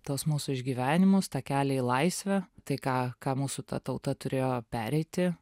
tuos mūsų išgyvenimus tą kelią į laisvę tai ką ką mūsų ta tauta turėjo pereiti